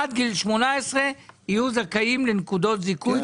עד גיל 18 יהיו זכאים לנקודות זיכוי,